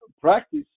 practice